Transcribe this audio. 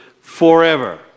forever